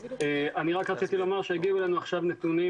אני רק רציתי לומר שהגיעו אלינו עכשיו נתוני